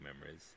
memories